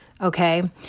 Okay